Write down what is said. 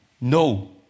No